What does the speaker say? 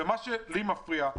יש משהו שמפריע לי.